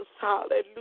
hallelujah